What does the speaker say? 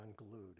unglued